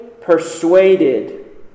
persuaded